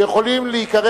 שיכולים להיקרא,